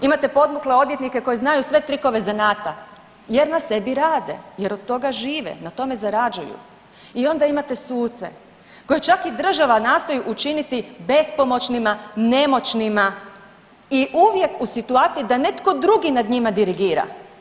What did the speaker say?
Imate podmukle odvjetnike koji znaju sve trikove zanata jer na sebi rade, jer od toga žive, na tome zarađuju i onda imate suce koje čak i država nastoji učiniti bespomoćnima, nemoćnima i uvijek u situaciji da netko drugi nad njima dirigira.